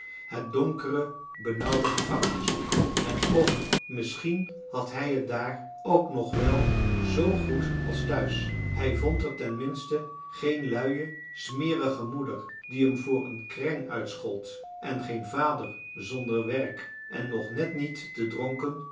het donkere benauwde gevangenishok en och misschien had hij het daar ook nog wèl zoo goed als thuis hij vond er ten minste geen luie smerige moeder die hem voor een kreng schold en geen vader zonder werk en nog net niet te